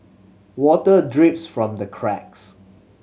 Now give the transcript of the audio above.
water drips from the cracks